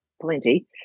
plenty